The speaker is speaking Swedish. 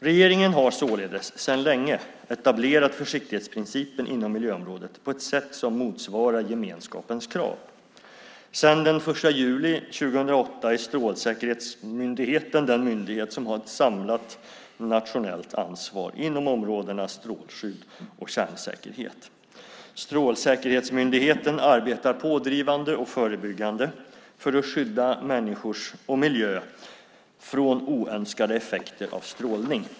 Regeringen har således sedan länge etablerat försiktighetsprincipen inom miljöområdet på ett sätt som motsvarar gemenskapens krav. Sedan den 1 juli 2008 är Strålsäkerhetsmyndigheten den myndighet som har ett samlat nationellt ansvar inom områdena strålskydd och kärnsäkerhet. Strålsäkerhetsmyndigheten arbetar pådrivande och förebyggande för att skydda människor och miljö från oönskade effekter av strålning.